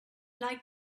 like